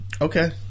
Okay